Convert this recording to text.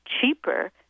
cheaper